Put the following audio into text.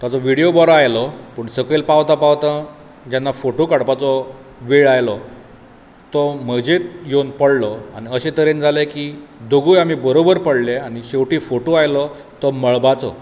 ताचो विडियो बरो आयलो पूण सकयल पावता पावता जेन्ना फोटो काडपाचो वेळ आयलो तो म्हजेर येवन पडलो आनी अशे तरेन जालें की दोगूय आमी बरोबर पडले आनी शेवटी फोटो आयलो तो मळबाचो